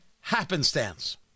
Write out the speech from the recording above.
happenstance